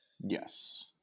yes